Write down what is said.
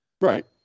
Right